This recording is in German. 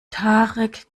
tarek